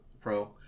Pro